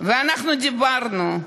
ואנחנו דיברנו.